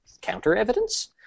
counter-evidence